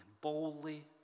boldly